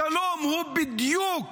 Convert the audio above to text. השלום הוא בדיוק